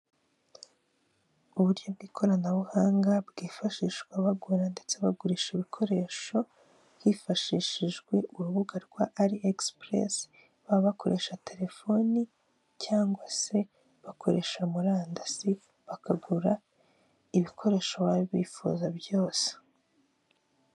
Ikinyabiziga kiri mu bwoko bw'ipikipiki gitwaye amacupa ya gaze akaba ariwe muntu wambaye umupira w'umukara ipantaro y'umukara n'inkweto zifite ibara ry'umukara akaba hari n'undi wambaye ishati y'amaboko magufi bifite ibara ry'umukara ririmo uturonko mu tw'umweru, ipantaro y'umukara ndetse n'inkweto z'umukara n'umweru.